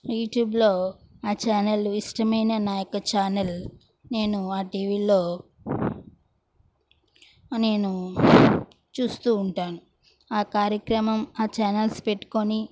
యూట్యూబ్లో ఆ ఛానల్లు ఇష్టమైన నా యొక్క ఛానల్ నేను మా టీవీలో నేను చూస్తూ ఉంటాను ఆ కార్యక్రమం ఆ ఛానల్స్ పెట్టుకొని